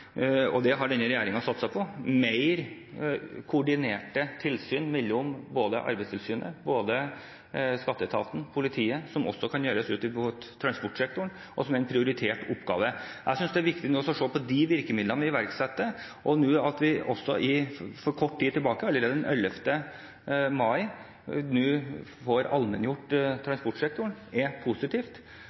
og det har denne regjeringen satset på – mer koordinerte tilsyn mellom Arbeidstilsynet, skatteetaten og politiet som også kan gjøres mot transportsektoren. Det er en prioritert oppgave. Jeg synes det er viktig nå å se på de virkemidlene vi iverksetter. At vi også for kort tid tilbake, den 11. mai, fikk allmenngjort transportsektoren, er positivt.